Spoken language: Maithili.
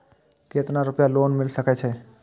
केतना रूपया लोन मिल सके छै?